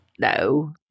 No